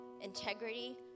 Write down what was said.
integrity